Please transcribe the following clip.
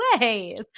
ways